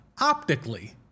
optically